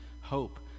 hope